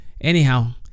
anyhow